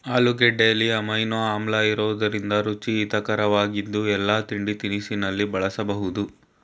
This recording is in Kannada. ಆಲೂಗೆಡ್ಡೆಲಿ ಅಮೈನೋ ಆಮ್ಲಇರೋದ್ರಿಂದ ರುಚಿ ಹಿತರಕವಾಗಿದ್ದು ಎಲ್ಲಾ ತಿಂಡಿತಿನಿಸಲ್ಲಿ ಬಳಸ್ಬೋದು